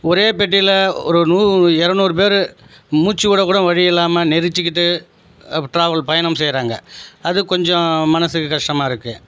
ஒரே பெட்டியில் ஒரு நூற் இரநூறு பேரு மூச்சிவிட கூட வழியில்லாமல் நெரிசிக்கிட்டு ட்ராவல் பயணம் செய்கிறாங்க அது கொஞ்சம் மனசுக்கு கஷ்டமாக இருக்குது